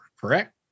correct